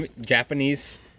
Japanese